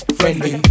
friendly